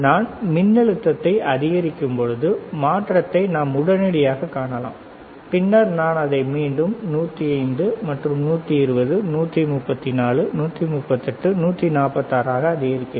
நான் மின்னழுத்தத்தை அதிகரிக்கும் பொழுது மாற்றத்தை நாம் உடனடியாக காணலாம் பின்னர் நான் அதை மீண்டும் 105 மற்றும் 120 134 138 146 ஆக அதிகரிக்கிறேன்